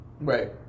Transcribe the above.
Right